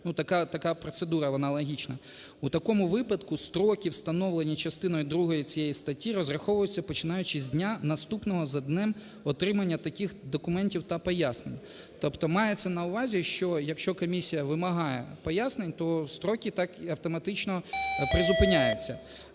така процедура, вона логічна. У такому випадку строки, встановлені частиною другою цієї статті, розраховуються, починаючи з дня наступного за днем отримання таких документів та пояснень. Тобто мається на увазі, що, якщо комісія вимагає пояснень, то строки так автоматично призупиняються.